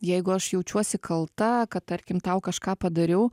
jeigu aš jaučiuosi kalta kad tarkim tau kažką padariau